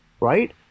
right